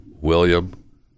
William